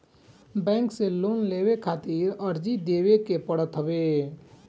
bank से loan लेवे खातिर अर्जी देवे के पड़त हवे